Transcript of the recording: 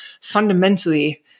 fundamentally